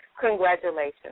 Congratulations